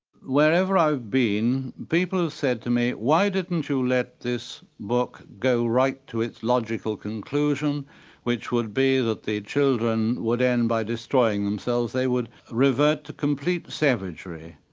wherever i've been, people have said to me, why didn't you let this book go right to its logical conclusion which would be that the children would end by destroying themselves, they would revert to complete savagery.